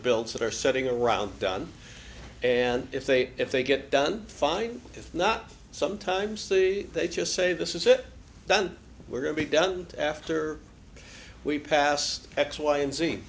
bills that are sitting around done and if they if they get done fine if not sometimes the they just say this is it done we're going to be done after we pass x y and z